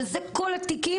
שזה כל התיקים?